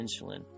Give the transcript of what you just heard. insulin